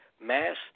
mass